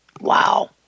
Wow